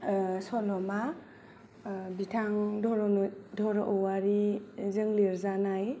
सल'मा बिथां धरनिधर औवारिजों लिरजानाय